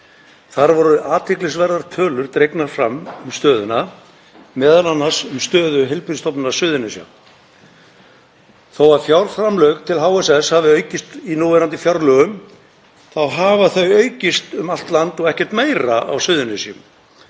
Þar voru athyglisverðar tölur dregnar fram um stöðuna, m.a. um stöðu Heilbrigðisstofnunar Suðurnesja. Þó að fjárframlög til HSS hafi aukist í núverandi fjárlögum þá hafa þau aukist um allt land og ekkert meira á Suðurnesjum.